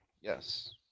yes